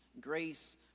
grace